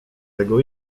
tego